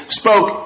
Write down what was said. spoke